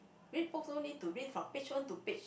read books no need to read from page one to page